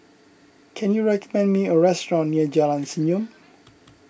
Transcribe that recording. can you recommend me a restaurant near Jalan Senyum